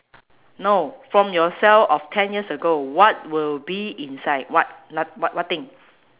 no from yourself of ten years ago what will be inside what n~ what what thing